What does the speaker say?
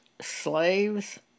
slaves